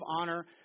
honor